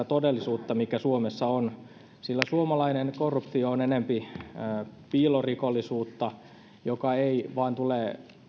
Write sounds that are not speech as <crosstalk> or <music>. <unintelligible> todellisuutta mikä suomessa on sillä suomalainen korruptio on enempi piilorikollisuutta joka ei vain tule